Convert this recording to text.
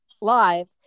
live